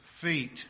feet